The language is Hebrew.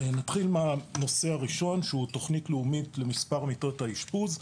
נתחיל מהנושא הראשון שהוא תוכנית לאומית למספר מיטות האשפוז.